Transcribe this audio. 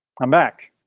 i'm back,